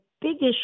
biggest